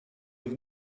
have